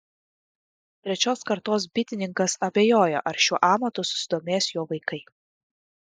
trečios kartos bitininkas abejoja ar šiuo amatu susidomės jo vaikai